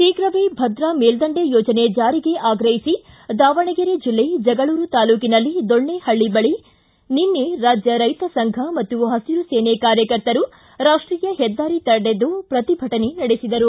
ಶೀಘವೇ ಭದ್ರಾ ಮೇಲ್ಪಂಡೆ ಯೋಜನೆ ಜಾರಿಗೆ ಆಗ್ರಹಿಸಿ ದಾವಣಗೆರೆ ಜಿಲ್ಲೆ ಜಗಳೂರು ತಾಲ್ಲೂಕಿನ ದೊಣ್ಣಹಳ್ಳಿ ಬಳಿ ನಿನ್ನೆ ರಾಜ್ಜ ರೈತ ಸಂಘ ಮತ್ತು ಹಸಿರುಸೇನೆ ಕಾರ್ಯಕರ್ತರು ರಾಷ್ಷೀಯ ಹೆದ್ದಾರಿ ತಡೆದು ಪ್ರತಿಭಟನೆ ನಡೆಸಿದರು